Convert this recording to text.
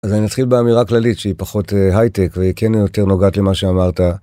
אז אני אתחיל באמירה כללית שהיא פחות הייטק וכן יותר נוגעת למה שאמרת.